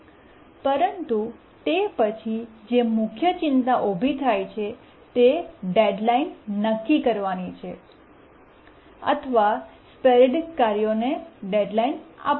પરંતુ તે પછી જે મુખ્ય ચિંતા ઉભી થાય છે તે ડેડ્લાઇન નક્કી કરવાની છે અથવા છૂટાછવાયા કાર્યોની ડેડ્લાઇન આપવી